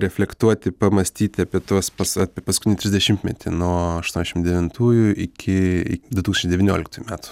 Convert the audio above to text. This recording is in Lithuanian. reflektuoti pamąstyti apie tuos pasa apie paskutinį trisdešimtmetį nuo aštuoniasdešim devintųjų iki du tūkstančiai devynioliktųjų metų